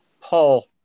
Paul